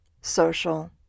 social